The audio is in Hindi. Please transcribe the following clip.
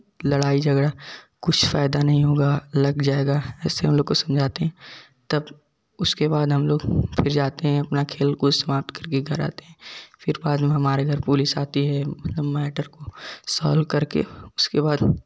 लड़ाई झगड़ा कुछ फ़ायदा नहीं होगा लग जाएगा ऐसे हम लोग को समझाते हैं तब उसके बाद हम लोग फिर जाते हैं अपना खेल कूद समाप्त करके घर आते हैं फिर बाद में हमारे घर पुलिस आती है मतलब मैटर को सोल्व करके उसके बाद